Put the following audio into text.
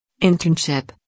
internship